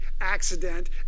accident